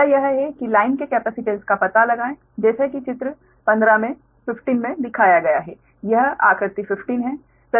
अगला यह है कि लाइन के केपेसिटेन्स का पता लगाएं जैसा कि चित्र 15 में दिखाया गया है यह आकृति 15 है